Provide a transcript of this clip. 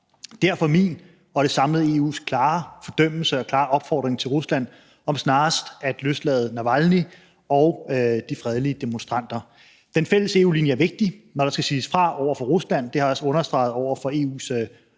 kommer min og det samlede EU's klare fordømmelse og klare opfordring til Rusland om snarest at løslade Navalnyj og de fredelige demonstranter. Den fælles EU-linje er vigtig, når der skal siges fra over for Rusland. Det har jeg også understreget over for EU's